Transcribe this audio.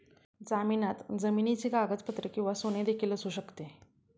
जामिनात जमिनीची कागदपत्रे किंवा सोने देखील असू शकते